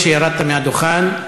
נהנינו שירדת מהדוכן.